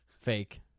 Fake